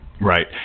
right